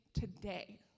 today